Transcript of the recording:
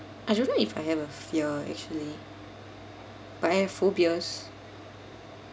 I don't know if I have a fear actually but I have phobias